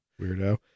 Weirdo